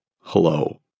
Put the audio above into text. hello